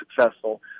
successful